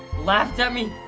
laughed at me,